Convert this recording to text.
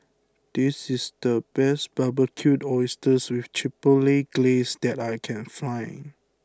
this is the best Barbecued Oysters with Chipotle Glaze that I can find